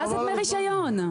דמי רישיון?